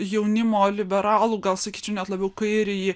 jaunimo liberalų gal sakyčiau net labiau kairįjį